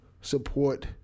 support